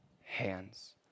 hands